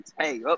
Hey